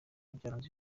byaranze